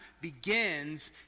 begins